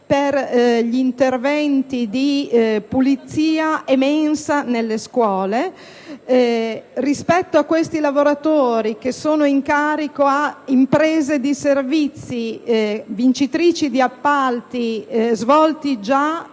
per interventi di pulizia e mensa nelle scuole. Rispetto a questi lavoratori, che sono in carico a imprese di servizi vincitrici di appalti già